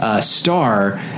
star